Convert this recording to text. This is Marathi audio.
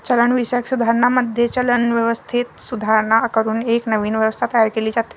चलनविषयक सुधारणांमध्ये, चलन व्यवस्थेत सुधारणा करून एक नवीन व्यवस्था तयार केली जाते